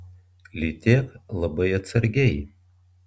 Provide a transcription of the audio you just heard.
lytėk labai atsargiai